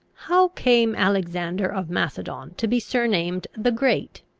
how came alexander of macedon to be surnamed the great?